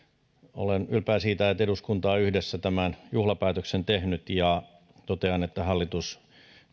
olen ylpeä siitä että eduskunta on yhdessä tämän juhlapäätöksen tehnyt ja totean että hallitus